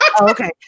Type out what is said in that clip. Okay